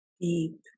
deep